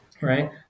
right